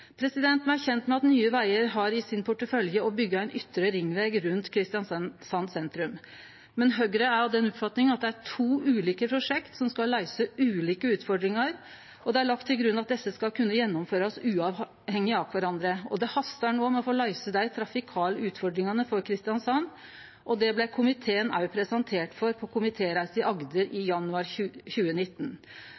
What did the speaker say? Me er kjende med at Nye Vegar har i porteføljen sin å byggje ein ytre ringveg rundt Kristiansand sentrum, men Høgre er av den oppfatninga at det er to ulike prosjekt som skal løyse ulike utfordringar, og det er lagt til grunn at desse skal kunne gjennomførast uavhengig av kvarandre. Det hastar no med å løyse dei trafikale utfordringane for Kristiansand, og det blei komiteen òg presentert for på komitéreise i Agder i